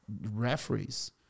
referees